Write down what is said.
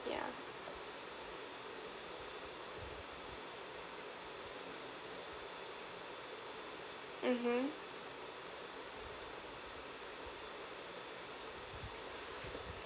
yeah mmhmm